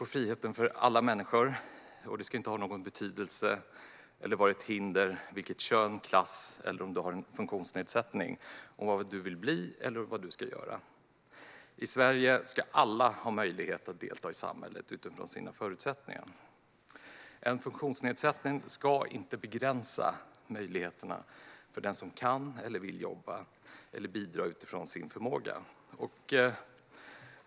Kön, klass eller om du har en funktionsnedsättning ska inte ha någon betydelse eller vara ett hinder för vad du vill bli eller vad du ska göra. I Sverige ska alla ha möjlighet att delta i samhället utifrån sina förutsättningar. En funktionsnedsättning ska inte begränsa möjligheterna för den som kan och vill jobba att bidra utifrån sin förmåga.